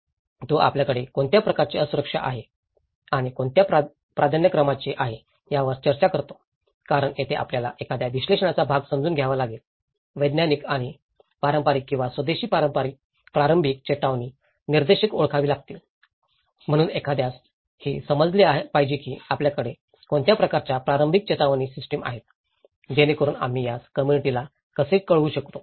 म्हणूनच तो आपल्याकडे कोणत्या प्रकारची असुरक्षा आहे आणि कोणत्या प्राधान्यक्रमांचे आहे यावर चर्चा करतो कारण येथे आपल्याला एखाद्याचा विश्लेषणाचा भाग समजून घ्यावा लागेल वैज्ञानिक आणि पारंपारिक किंवा स्वदेशी प्रारंभिक चेतावणी निर्देशक ओळखावे लागतील म्हणून एखाद्यास हे समजले पाहिजे की आपल्याकडे कोणत्या प्रकारच्या प्रारंभिक चेतावणी सिस्टिम आहेत जेणेकरुन आम्ही यास कम्म्युनिटीला कसे कळवू शकतो